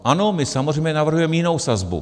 Ano, my samozřejmě navrhujeme jinou sazbu.